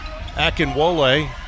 Akinwole